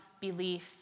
belief